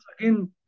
again